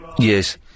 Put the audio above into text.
Yes